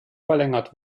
verlängert